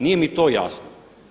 Nije mi to jasno.